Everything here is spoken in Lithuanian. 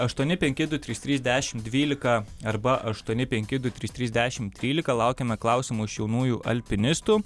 aštuoni penki du trys trys dešim dvylika arba aštuoni penki du trys trys dešim trylika laukiame klausimų iš jaunųjų alpinistų